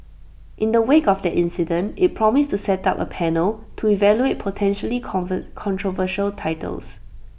in the wake of that incident IT promised to set up A panel to evaluate potentially controversial titles